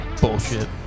bullshit